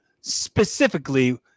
specifically